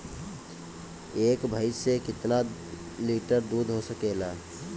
एक भइस से कितना लिटर दूध हो सकेला?